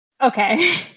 Okay